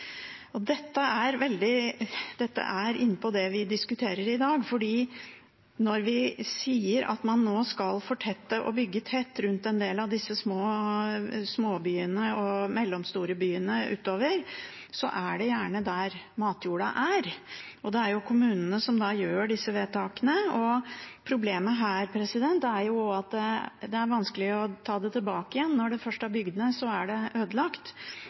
Dette er inne på det vi diskuterer i dag, for når vi sier at man nå skal fortette og bygge tett rundt en del av småbyene og de mellomstore byene, er det gjerne der matjorda er. Det er kommunene som gjør disse vedtakene. Problemet her er også at det er vanskelig å ta det tilbake igjen. Når det først er bygd ned, er det ødelagt.